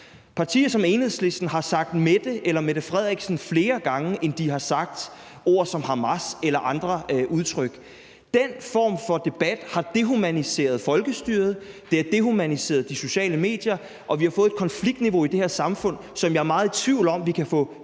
Partier som Enhedslisten har nævnt statsministeren flere gange, end de har sagt ord som Hamas eller andre udtryk. Den form for debat har dehumaniseret folkestyret, det har dehumaniseret de sociale medier, og vi har fået et konfliktniveau i det her samfund, som jeg er meget i tvivl om om vi kan få tilbage